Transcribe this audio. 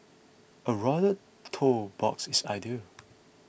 a rounded toe box is ideal